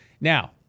Now